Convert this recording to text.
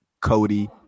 Cody